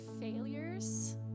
failures